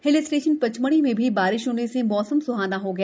हिल station चमढ़ी में भी बारिश होने से मौसम सुहाना हो गया